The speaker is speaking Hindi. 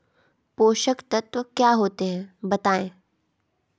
पोषक तत्व क्या होते हैं बताएँ?